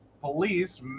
police